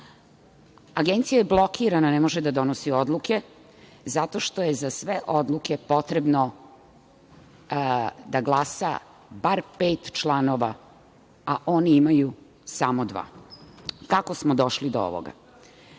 Agencija je blokirana, ne može da donosi odluke zato što je za sve odluke potrebno da glasa bar pet članova, a oni imaju samo dva. Kako smo došli do ovoga?